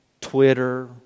Twitter